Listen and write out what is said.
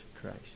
Christ